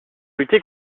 lutter